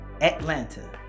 Atlanta